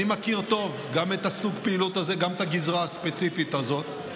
אני מכיר טוב גם את סוג הפעילות הזאת וגם את הגזרה הספציפית הזאת,